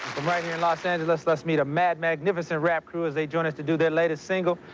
right here in los angeles, let's meet a mad magnificent rap crew as they join us to do their latest single.